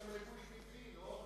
כבר 20 שנה יש להם ריבוי טבעי,